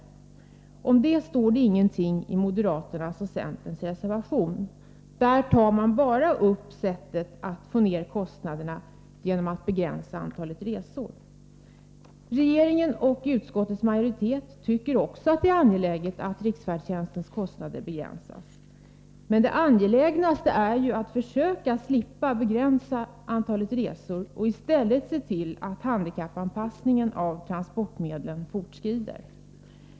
Om detta står det ingenting i moderaternas och centerns reservation. Där tar man bara upp möjligheten att begränsa antalet resor för att få ner kostnaderna. Också regeringen och utskottets majoritet tycker att det är angeläget att riksfärdtjänstens kostnader begränsas. Men det angelägnaste är att försöka slippa begränsa antalet resor och i stället se till att handikappanpassningen av transportmedlen. fortskrider.